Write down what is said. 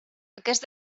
aquest